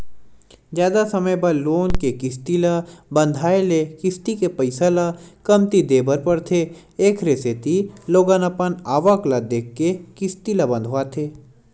जादा समे बर लोन के किस्ती ल बंधाए ले किस्ती के पइसा ल कमती देय बर परथे एखरे सेती लोगन अपन आवक ल देखके किस्ती ल बंधवाथे